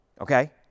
okay